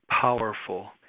powerful